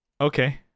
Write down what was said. okay